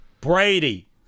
Brady